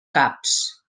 caps